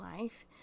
life